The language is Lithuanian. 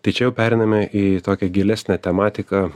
tai čia jau pereiname į tokią gilesnę tematiką